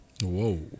whoa